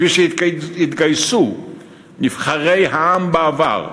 כפי שהתגייסו נבחרי העם בעבר,